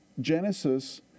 Genesis